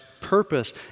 purpose